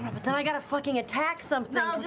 but then i've got to fucking attack something.